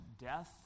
death